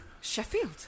Sheffield